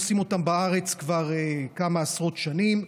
עושים אותם בארץ כבר כמה עשרות שנים,